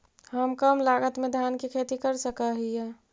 हम कम लागत में धान के खेती कर सकहिय?